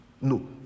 No